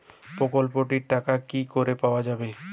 প্রকল্পটি র টাকা কি করে পাওয়া যাবে?